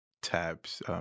tabs